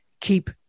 keep